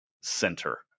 center